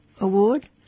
award